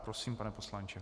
Prosím, pane poslanče.